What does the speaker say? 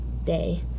day